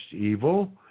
evil